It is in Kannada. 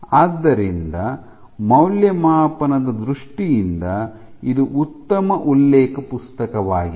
ಆದ್ದರಿಂದ ಮೌಲ್ಯಮಾಪನದ ದೃಷ್ಟಿಯಿಂದ ಇದು ಉತ್ತಮ ಉಲ್ಲೇಖ ಪುಸ್ತಕವಾಗಿದೆ